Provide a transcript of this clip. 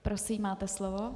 Prosím, máte slovo.